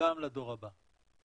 וגם לדור הבא.